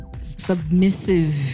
submissive